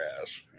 ass